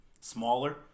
smaller